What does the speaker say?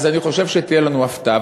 אז אני חושב שתהיה לנו הפתעה.